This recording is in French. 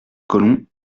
colon